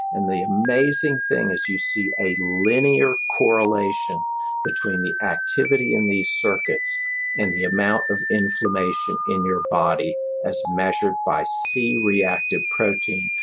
and the amazing thing is you see a linear correlation between the activity in these circuits and the amount of inflammation in your body as measured by c-reactive protein,